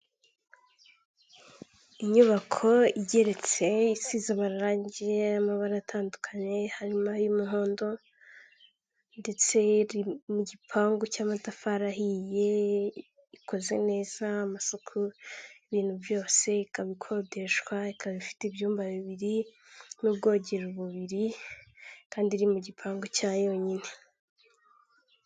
Inyubako igeretse isize amarangi y'amabara atandukanye, harimo ay'umuhondo ndetse mu gipangu cy'amatafari ahiye, ikoze neza amasuko ibintu byose, ikaba ikodeshwa ikaba ifite ibyumba bibiri n'ubwogero bubiri kandi iri mu gipangu cya yonyine.